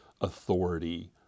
authority